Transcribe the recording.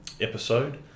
episode